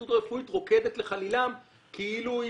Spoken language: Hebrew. ההסתדרות הרפואית רוקדת לחלילם כאילו היא